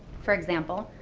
for example,